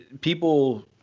people